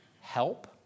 help